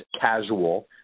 casual